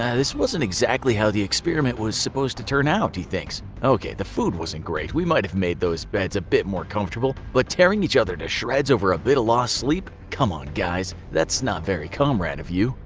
ah this wasn't exactly how the experiment was supposed to turn out, he thinks. ok, the food wasn't great, we might have made those beds a bit more comfortable, but tearing each other to shreds over a bit of lost sleep come on guys that's not very comrade of you.